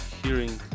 hearing